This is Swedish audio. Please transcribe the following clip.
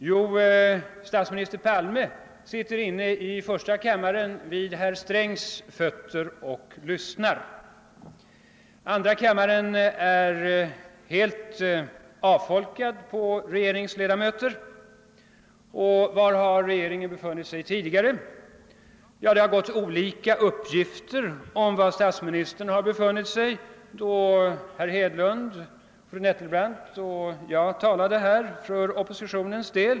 Jo, statsminister Palme sitter inne i första kammaren vid herr Strängs fötter och lyssnar. Andra kammaren är helt avfolkad på regeringsledamöter. Var har regeringen befunnit sig tidigare? Det har förekommit olika uppgifter om var statsministern befann sig då herr Hedlund, fru Nettelbrandt och jag talade här för oppositionens del.